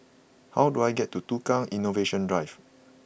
how do I get to Tukang Innovation Drive